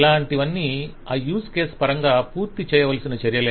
ఇలాంటివన్నీ ఆ use case పరంగా పూర్తిచేయవలసిన చర్యలే